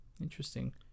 interesting